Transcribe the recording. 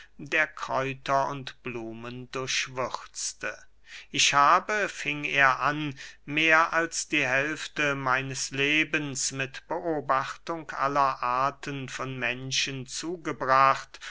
der kräuter und blumen durchwürzte ich habe fing er an mehr als die hälfte meines lebens mit beobachtung aller arten von menschen zugebracht